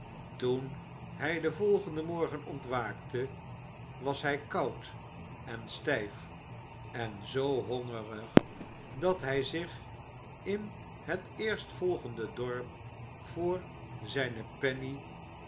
toen hij den volgenden morgen ontwaakte was hij koud en stijf en zoo hongerig dat hij zich in het eerstvolgende dorp voor zijne pennyeen